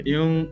Yung